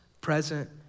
present